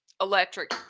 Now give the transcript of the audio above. electric